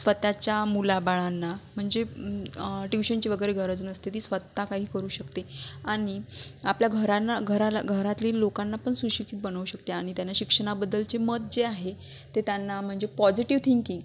स्वतःच्या मुलाबाळांना म्हणजे ट्यूशनची वगैरे गरज नसते ती स्वतः काही करू शकते आणि आपल्या घरांना घराला घरातील लोकांना पण सुशिक्षित बनवू शकते आणि त्यांना शिक्षणाबद्दलचे मत जे आहे ते त्यांना म्हणजे पॉझिटिव थिंकिंग